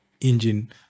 engine